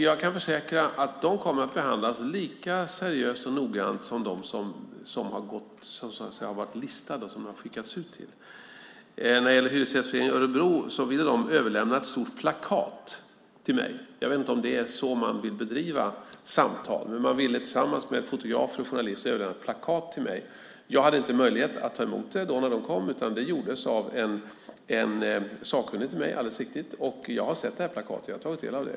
Jag kan försäkra att de kommer att behandlas lika seriöst och noggrant som de som har varit listade och som det har skickats ut till. När det gäller Hyresgästföreningen i Örebro ville de överlämna ett stort plakat till mig. Jag vet inte om det är så man vill bedriva samtal, men man ville tillsammans med fotografer och journalister överlämna ett plakat till mig. Jag hade inte möjlighet att ta emot det när de kom, utan det gjordes av en sakkunnig till mig, alldeles riktigt. Jag har sett plakatet. Jag har tagit del av det.